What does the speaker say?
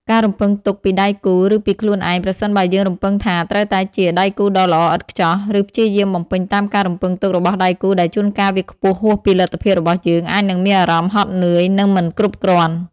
ការរំពឹងទុកពីដៃគូ ឬពីខ្លួនឯងប្រសិនបើយើងរំពឹងថាត្រូវតែជា "ដៃគូដ៏ល្អឥតខ្ចោះ" ឬព្យាយាមបំពេញតាមការរំពឹងទុករបស់ដៃគូដែលជួនកាលវាខ្ពស់ហួសពីលទ្ធភាពរបស់យើង អាចនឹងមានអារម្មណ៍ហត់នឿយ និងមិនគ្រប់គ្រាន់។